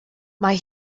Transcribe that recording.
mae